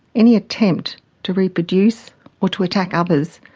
any attempt to reproduce or to attack others,